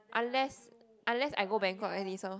unless unless I go Bangkok like this lor